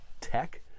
tech